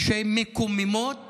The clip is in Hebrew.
שמקוממות